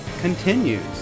continues